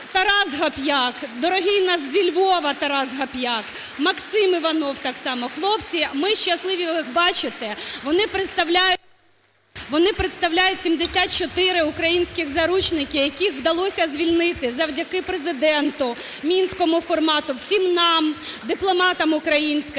Тарас Гап'як, дорогий наш. Зі Львова Тарас Гап'як. Максим Іванов так само. (Оплески) Хлопці. Ми щасливі їх бачити. Вони представляють 74 українських заручника, яких вдалося звільнити завдяки Президенту, "мінському формату", всім нам, дипломатам українським,